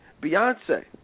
Beyonce